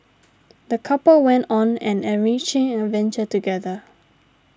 the couple went on an enriching adventure together